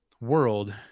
world